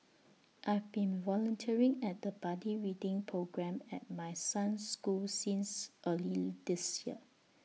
I've been volunteering at the buddy reading programme at my son's school since early this year